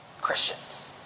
Christians